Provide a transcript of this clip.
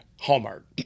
Hallmark